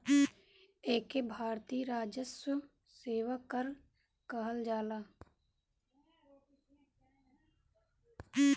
एके भारतीय राजस्व सेवा कर कहल जाला